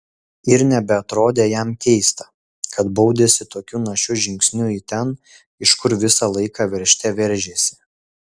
ir nebeatrodė jam keista kad baudėsi tokiu našiu žingsniu į ten iš kur visą laiką veržte veržėsi